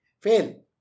Fail